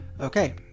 okay